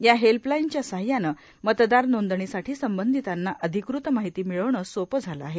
या हेल्पलाइनच्या सहाय्याने मतदार नोंदणीसाठी संबंधितांना अधिकृत माहिती मिळविणे सोपे झाले आहे